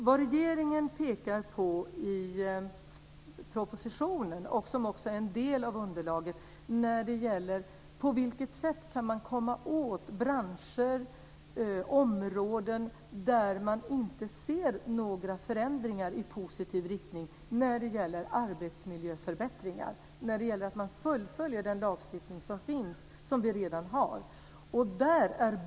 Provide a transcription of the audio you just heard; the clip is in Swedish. Vad regeringen pekar på i propositionen, och som också är en del av underlaget när det gäller på vilket sätt man kan komma åt branscher, är områden där man inte ser några förändringar i positiv riktning i fråga om arbetsmiljöförbättringar och att man följer den lagstiftning som vi redan har.